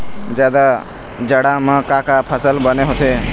जादा जाड़ा म का का फसल बने होथे?